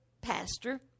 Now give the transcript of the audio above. pastor